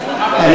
לא שלי.